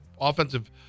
offensive